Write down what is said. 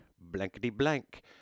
blankety-blank